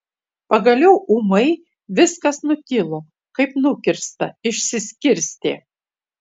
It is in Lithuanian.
pagaliau ūmai viskas nutilo kaip nukirsta išsiskirstė